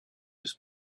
was